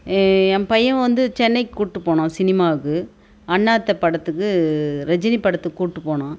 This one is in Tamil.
என் பையன் வந்து சென்னைக்குக் கூப்பிட்டு போனான் சினிமாவுக்கு அண்ணாத்த படத்துக்கு ரஜினி படத்துக்கு கூப்பிட்டு போனான்